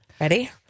Ready